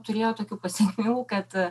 turėjo tokių pasekmių kad